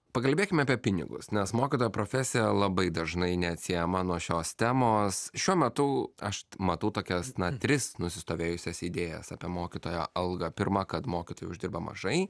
pakalbėkime apie pinigus nes mokytojo profesija labai dažnai neatsiejama nuo šios temos šiuo metu aš matau tokias tris nusistovėjusias idėjas apie mokytojo algą pirma kad mokytojai uždirba mažai